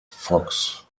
fox